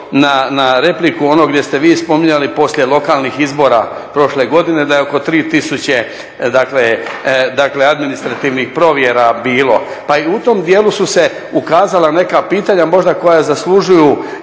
na repliku ono gdje ste vi spominjali poslije lokalnih izbora prošle godine da je oko 3000 dakle administrativnih provjera bilo. Pa i u tom dijelu su se ukazala neka pitanja možda koja zaslužuju i